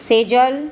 Sejal